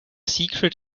secret